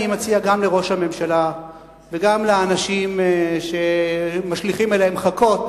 אני מציע גם לראש הממשלה וגם לאנשים שמשליכים אליהם חכות